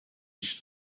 should